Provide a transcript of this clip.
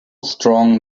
strong